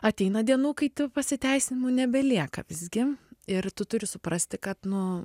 ateina dienų kai tų pasiteisinimų nebelieka visgi ir tu turi suprasti kad nu